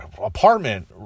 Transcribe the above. apartment